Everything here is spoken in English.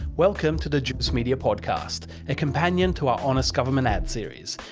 welcome to the juice media podcast, a companion to our honest government ads series.